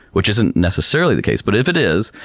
which isn't necessarily the case but if it is,